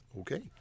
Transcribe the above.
okay